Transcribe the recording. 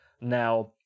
Now